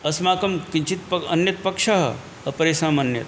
अस्माकं किञ्चित् प् अन्यः पक्षः अपरेषामन्यत्